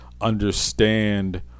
understand